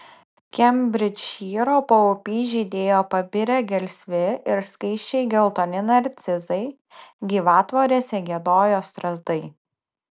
kembridžšyro paupy žydėjo pabirę gelsvi ir skaisčiai geltoni narcizai gyvatvorėse giedojo strazdai